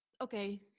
okay